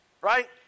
right